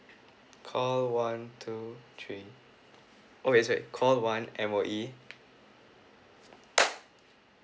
call one two three oh is it call one M_O_E